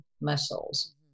muscles